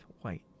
white